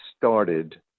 started